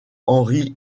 henri